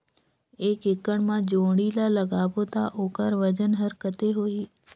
एक एकड़ मा जोणी ला लगाबो ता ओकर वजन हर कते होही?